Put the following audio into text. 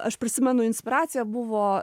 aš prisimenu inspiracija buvo